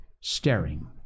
staring